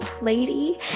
lady